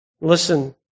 Listen